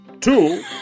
two